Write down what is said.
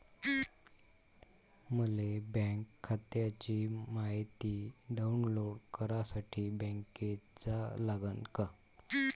मले बँक खात्याची मायती डाऊनलोड करासाठी बँकेत जा लागन का?